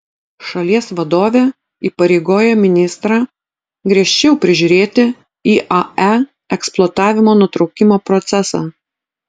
šalies vadovė įpareigojo ministrą griežčiau prižiūrėti iae eksploatavimo nutraukimo procesą